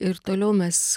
ir toliau mes